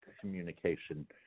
communication